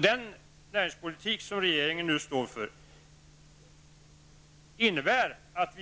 Den näringspolitik som regeringen nu står inför innebär att